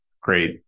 great